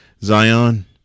Zion